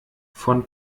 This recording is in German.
von